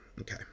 Okay